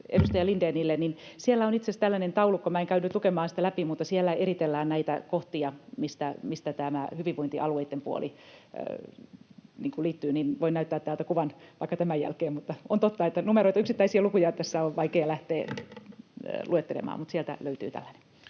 edustaja Lindénille: Siellä on itse asiassa tällainen taulukko. Minä en käy nyt lukemaan sitä läpi, mutta siellä eritellään näitä kohtia, mitkä tähän hyvinvointialueiden puoleen liittyvät. Voin näyttää kuvan vaikka tämän jälkeen. On totta, että numeroita, yksittäisiä lukuja, tässä on vaikea lähteä luettelemaan, mutta sieltä löytyy tällainen.